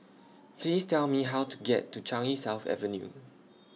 Please Tell Me How to get to Changi South Avenue